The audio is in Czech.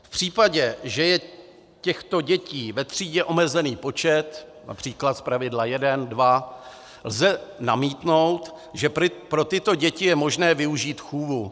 V případě, že je těchto dětí ve třídě omezený počet, například zpravidla jeden, dva, lze namítnout, že pro tyto děti je možné využít chůvu.